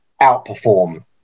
outperform